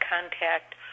contact